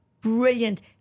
Brilliant